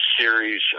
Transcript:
series